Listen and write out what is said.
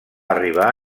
arribar